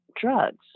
drugs